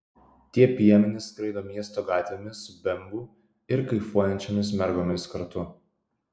tie piemenys skraido miesto gatvėmis su bemvu ir kaifuojančiomis mergomis kartu